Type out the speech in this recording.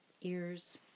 ears